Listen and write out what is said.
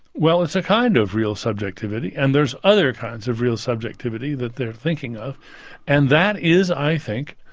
well, it's a kind of real subjectivity, and there's other kinds of real subjectivity that they're thinking of and that is, i think,